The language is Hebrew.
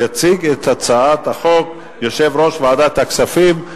יציג את הצעת החוק יושב-ראש ועדת הכספים,